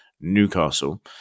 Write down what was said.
Newcastle